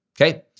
Okay